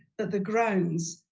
that the grounds,